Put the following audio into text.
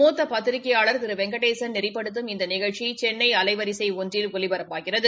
மூத்த பத்திரிகைபாளர் திரு வெங்கடேசன் நெறிப்படுத்தும் இந்த நிகழ்ச்சி சென்னை அலைவரிசை ஒன்றில் ஒலிபரப்பாகிறது